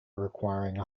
requiring